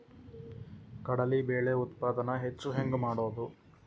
ಕಡಲಿ ಬೇಳೆ ಉತ್ಪಾದನ ಹೆಚ್ಚು ಹೆಂಗ ಮಾಡೊದು?